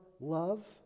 love